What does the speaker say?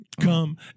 Come